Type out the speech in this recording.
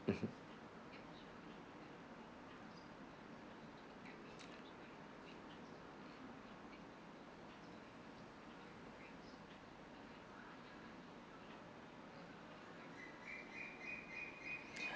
mmhmm